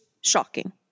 shocking